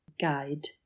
guide